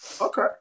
Okay